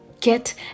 get